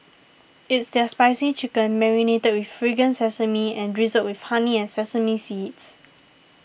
it's their spicy chicken marinated with fragrant sesame and drizzled with honey and sesame seeds